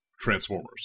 transformers